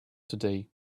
today